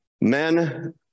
men